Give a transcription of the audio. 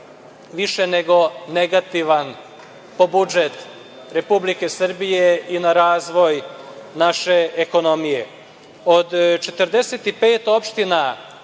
više nego negativan po budžet Republike Srbije i na razvoj naše ekonomije. Od 45 opština